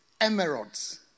Emeralds